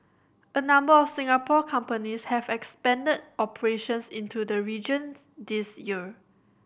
a number of Singapore companies have expanded operations into the regions this year